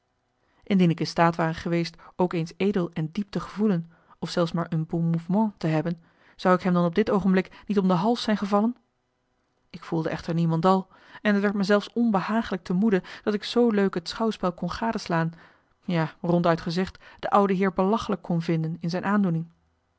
indien ik in staat ware geweest ook eens edel en diep te gevoelen of zelfs maar un bon mouvement te hebben zou ik hem dan op dit oogenblik niet om de hals zijn gevallen ik voelde echter niemendal en t werd me zelfs onbehaaglijk te moede dat ik zoo leuk het schouwspel kon gadeslaan ja ronduit gezegd de oude heer belachelijk kon vinden in zijn aandoening